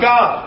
God